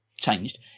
changed